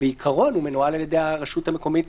ובעיקרון הוא מנוהל על ידי הרשות המקומית,